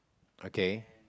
okay